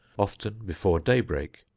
often before day-break,